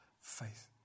faith